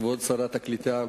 כבוד שרת הקליטה,